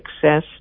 success